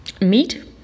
meat